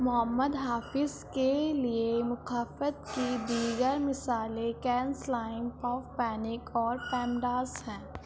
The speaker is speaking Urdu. محمد حافظ کے لیے مخفت کی دیگر مثالیں کین سلائم پاو پینک اور پیمڈاس ہیں